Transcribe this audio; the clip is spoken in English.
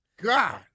God